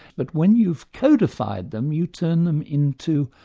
but when you've codified them, you turn them into,